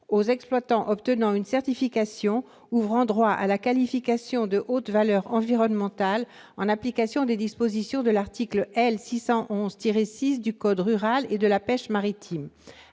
aux exploitants qui obtiennent une certification ouvrant droit à la qualification haute valeur environnementale, ou qualification HVE, en application des dispositions de l'article L. 611-6 du code rural et de la pêche maritime.,